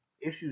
issues